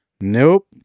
nope